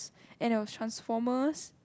and there were Transformers